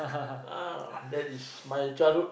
ah that is my childhood